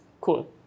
Cool